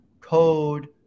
code